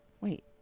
Wait